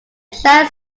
giant